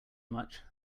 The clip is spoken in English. much